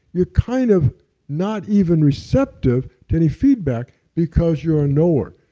you're kind of not even receptive to any feedback because you're a knower,